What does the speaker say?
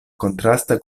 kontrasta